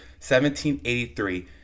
1783